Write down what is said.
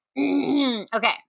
Okay